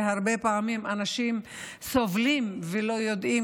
שהרבה פעמים אנשים סובלים ולא יודעים